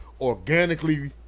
organically